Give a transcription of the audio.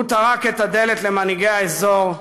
הוא טרק את הדלת למנהיגי האזור,